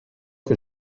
que